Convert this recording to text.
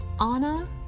Anna